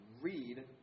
read